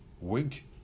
Wink